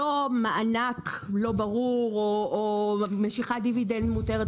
לא מענק לא ברור או משיכת דיבידנד מותרת